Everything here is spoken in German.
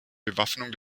bewaffnung